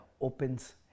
opens